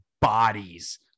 bodies